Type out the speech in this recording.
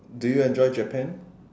do you enjoy Japan